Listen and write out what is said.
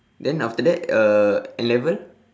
than after that uh N-level